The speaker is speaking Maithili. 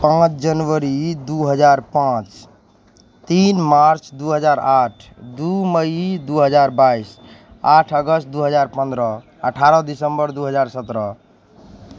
पाँच जनवरी दुइ हजार पाँच तीन मार्च दुइ हजार आठ दुइ मइ दुइ हजार बाइस आठ अगस्त दुइ हजार पनरह अठारह दिसम्बर दुइ हजार सतरह